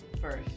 first